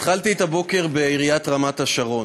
התחלתי את הבוקר בעיריית רמת-השרון.